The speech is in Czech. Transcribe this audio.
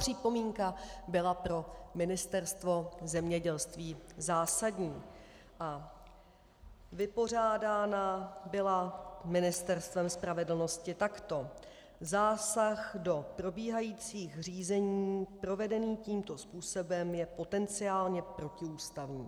Tato připomínka byla pro Ministerstvo zemědělství zásadní a vypořádána byla Ministerstvem spravedlnosti takto: Zásah do probíhajících řízení provedený tímto způsobem je potenciálně protiústavní.